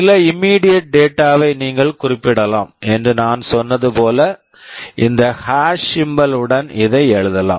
சில immediate data immediate data வை நீங்கள் குறிப்பிடலாம் என்று நான் சொன்னது போல இந்த ஹாஷ் hash சிம்பல் symbol உடன் இதை எழுதலாம்